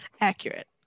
Accurate